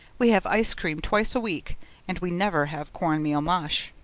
we have ice-cream twice a week and we never have corn-meal mush.